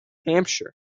hampshire